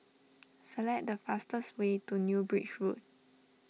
select the fastest way to New Bridge Road